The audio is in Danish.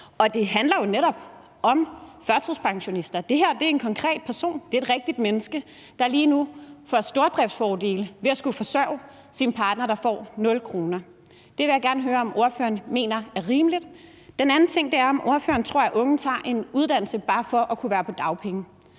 Det handler jo netop om førtidspensionisten. Det her er en konkret person; det er et rigtigt menneske, der lige nu får stordriftsfordele og derfor skal forsørge sin partner, der får 0 kr. Det vil jeg gerne høre om ordføreren mener er rimeligt. Den anden ting er, om ordføreren tror, at unge tager en uddannelse bare for at kunne være på dagpenge,